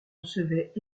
recevaient